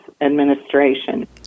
administration